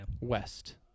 west